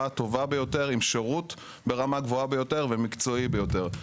הטובה ביותר עם שירות ברמה הגבוהה ביותר ומקצועי ביותר.